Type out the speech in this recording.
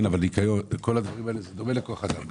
כן, אבל כל הדברים האלה, זה דומה לכוח אדם.